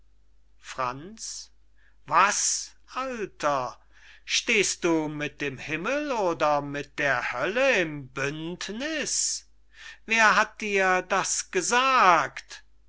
franz was alter stehst du mit dem himmel oder mit der hölle im bündniß wer hat dir das gesagt